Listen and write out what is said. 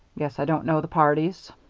guess i don't know the parties.